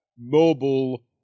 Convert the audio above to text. mobile